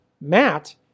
Matt